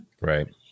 Right